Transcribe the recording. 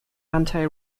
anti